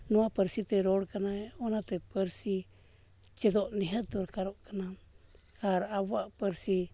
ᱱᱚᱣᱟ ᱯᱟᱹᱨᱥᱤᱛᱮ ᱨᱚᱲ ᱠᱟᱱᱟᱭ ᱚᱱᱟᱛᱮ ᱯᱟᱹᱨᱥᱤ ᱪᱮᱫᱚᱜ ᱱᱤᱦᱟᱹᱛ ᱫᱚᱨᱠᱟᱨᱚᱜ ᱠᱟᱱᱟ ᱟᱨ ᱟᱵᱚᱣᱟᱜ ᱯᱟᱹᱨᱥᱤ